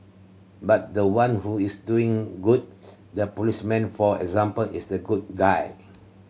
but the one who is doing good the policeman for example is the good guy